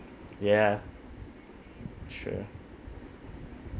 ya sure